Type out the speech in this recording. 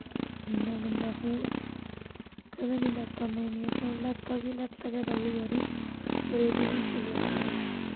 इन्ना गंदा फोन कदें निं लैत्ता में नेहा फोन लैत्ता गै लैत्ता गै पैह्ली बारी होर एह् बी निं चलेआ